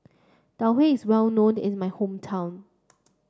Tau Huay is well known is my hometown